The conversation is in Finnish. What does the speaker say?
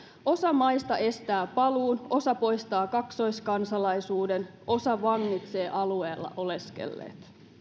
osa maista estää paluun osa poistaa kaksoiskansalaisuuden osa vangitsee alueella oleskelleet